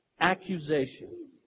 accusation